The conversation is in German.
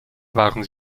waren